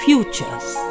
Futures